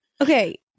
Okay